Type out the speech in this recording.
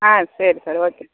ஆ சரி sir okay